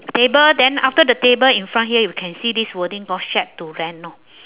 table then after the table in front here you can see this wording called shack to rent lor